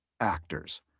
Actors